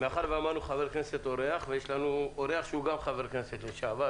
יש לנו אורח שהוא גם חבר כנסת לשעבר,